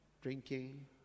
drinking